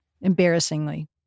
embarrassingly